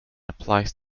applies